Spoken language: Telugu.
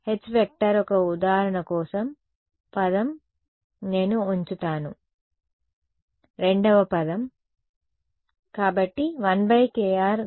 కాబట్టి H ఒక ఉదాహరణ కోసం పదం నేను ఉంచుతాను